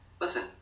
listen